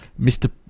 Mr